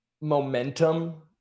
momentum